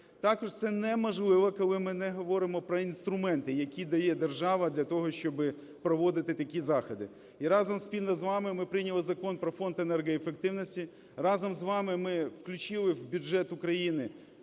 Також це неможливо, коли ми не говоримо про інструменти, які дає держава для того, щоби проводити такі заходи. І разом, спільно з вами, ми прийняли Закон "Про Фонд енергоефективності". Разом з вами ми включили в бюджет України